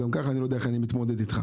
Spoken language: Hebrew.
גם ככה אני לא יודע איך אני מתמודד איתך.